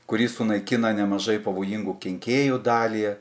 kuri sunaikina nemažai pavojingų kenkėjų dalį